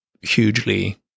hugely